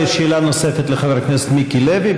שאלה נוספת לחבר הכנסת מיקי לוי,